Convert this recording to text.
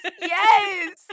Yes